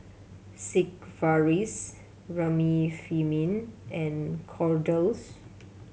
Sigvaris Remifemin and Kordel's